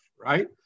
right